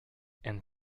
and